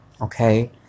okay